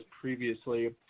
previously